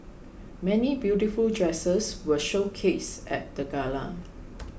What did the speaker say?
many beautiful dresses were showcased at the gala